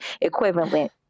equivalent